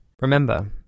Remember